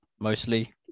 Mostly